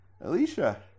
Alicia